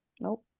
nope